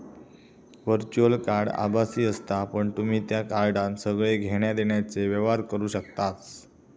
virtual card आभासी असता पण तुम्ही त्या कार्डान सगळे घेण्या देण्याचे व्यवहार करू शकतास